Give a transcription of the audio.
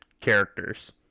characters